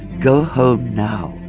go home now,